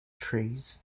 trees